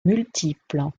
multiples